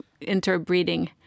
interbreeding